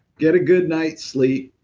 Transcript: get a good night sleep,